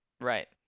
Right